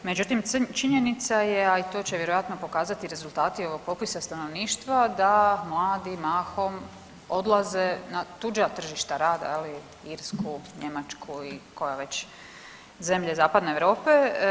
Međutim, činjenica je a i to će vjerojatno pokazati rezultati ovog popisa stanovništva da mladi mahom odlaze na tuđa tržišta rada Irsku, Njemačku i koje već zemlje Zapadne Europe.